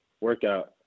workout